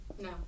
No